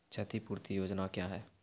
क्षतिपूरती योजना क्या हैं?